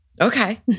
Okay